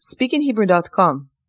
speakinghebrew.com